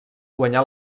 guanyà